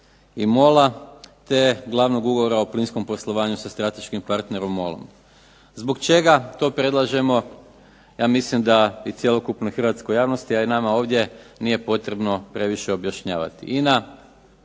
i MOL-a, te glavnog ugovora o plinskom poslovanju sa strateškim partnerom MOL-om. Zbog čega to predlažemo? Ja mislim da i cjelokupnoj hrvatskoj javnosti, a i nama ovdje nije potrebno previše objašnjavati.